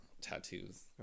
Tattoos